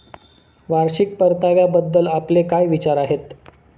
वार्षिक परताव्याबद्दल आपले काय विचार आहेत?